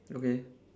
okay